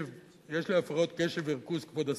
יש לי הפרעות קשב וריכוז, כבוד השר.